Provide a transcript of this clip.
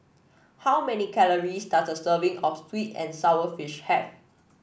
how many calories does a serving of sweet and sour fish have